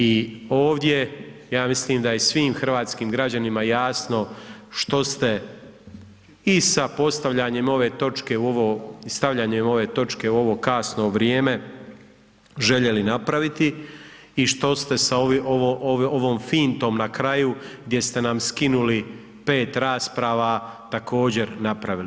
I ovdje ja mislim da je svim hrvatskim građanima jasno što ste i sa postavljanjem ove točke u ovo, stavljanjem ove točke u ovo kasno vrijeme željeli napraviti i što ste sa ovom fintom na kraju gdje ste nam skinuli 5 rasprava također napravili.